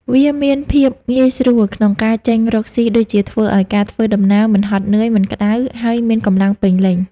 វាមានភាពងាយស្រួលក្នុងការចេញរកសុីដូចជា ធ្វើឱ្យការធ្វើដំណើរមិនហត់នឿយ មិនក្តៅ ហើយមានកម្លាំងពេញលេញ។